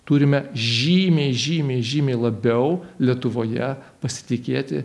turime žymiai žymiai žymiai labiau lietuvoje pasitikėti